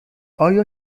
آیا